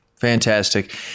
Fantastic